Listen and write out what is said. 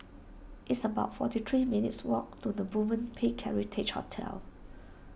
it's about forty three minutes' walk to the Movenpick Heritage Hotel